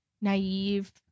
naive